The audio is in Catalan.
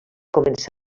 començà